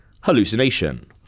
hallucination